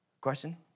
Question